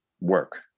work